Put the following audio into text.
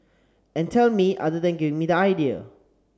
and tell me other than giving me the idea